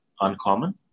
uncommon